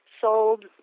sold